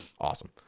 Awesome